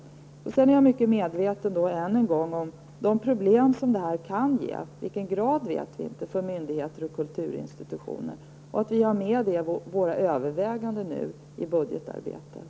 Sedan vill jag än en gång säga att jag är mycket medveten om de problem som detta kan innebära -- i vilken grad vet vi inte -- för myndigheter och kulturinstitutioner, och att vi skall ha med detta i våra överväganden i budgetarbetet.